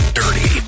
dirty